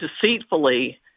deceitfully